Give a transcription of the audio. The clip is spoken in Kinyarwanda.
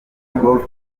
golf